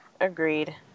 Agreed